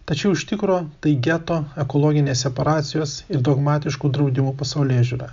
tačiau iš tikro tai geto ekologinės separacijos ir dogmatiškų draudimų pasaulėžiūra